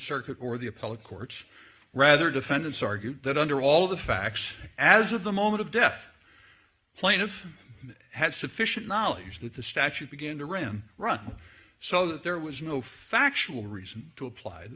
circuit or the appellate court rather defendants argued that under all the facts as of the moment of death plaintiff had sufficient knowledge that the statute began to ram run so that there was no factual reason to apply the